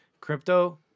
Crypto